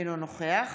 אינו נוכח